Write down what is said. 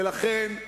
ולכן,